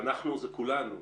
אנחנו זה כולנו,